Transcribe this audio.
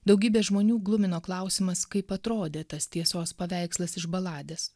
daugybę žmonių glumino klausimas kaip atrodė tas tiesos paveikslas iš baladės